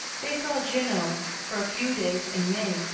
they saw genoa for a few days in may,